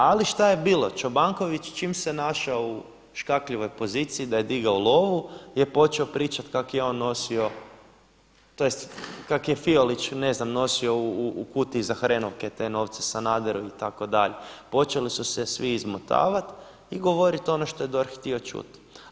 Ali šta je bilo, Čobanković čim se našao u škakljivoj poziciji da je digao lovu je počeo pričati kako je on nosio, tj. kako je Fiolić ne znam nosio u kutiji za hrenovke te novce Sanaderu itd., počeli su se svi izmotavati i govoriti ono što je DORH htio čuti.